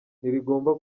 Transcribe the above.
ntirigomba